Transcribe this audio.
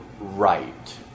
right